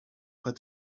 put